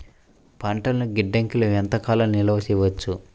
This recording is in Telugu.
పంటలను గిడ్డంగిలలో ఎంత కాలం నిలవ చెయ్యవచ్చు?